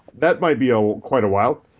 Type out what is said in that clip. that might be ah quite a while.